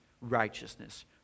righteousness